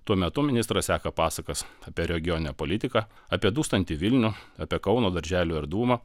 tuo metu ministras seka pasakas apie regioninę politiką apie dūstantį vilnių apie kauno darželių erdvumą